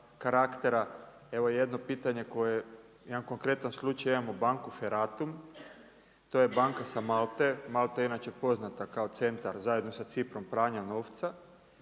evo je dno pitanje, jedna konkretan slučaj. Imamo banku Feratum, to je banka sa Malte, Malta je inače poznata kao centar zajedno sa Ciprom, u pranju novca.